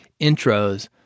intros